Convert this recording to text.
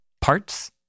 parts